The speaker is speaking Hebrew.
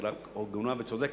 שהיא רק הגונה וצודקת,